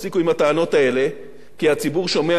כי הציבור שומע וחושב שזאת תוכנית סאטירה.